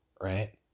right